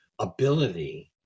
ability